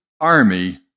army